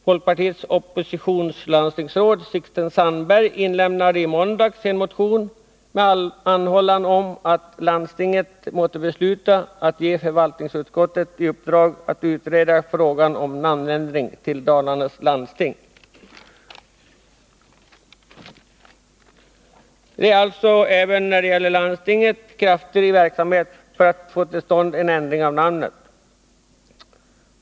Folkpartiets oppositionslandstingsråd Sixten Sandberg inlämnade i måndags en motion med anhållan om att landstinget måtte besluta att ge förvaltningsutskottet i uppdrag att utreda frågan om en namnändring till Dalarnas landsting. Det är alltså även när det gäller landstinget krafter i verksamhet för att få till stånd en ändring av namnet.